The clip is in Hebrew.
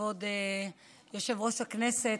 כבוד יושב-ראש הכנסת.